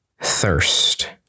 thirst